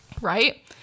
Right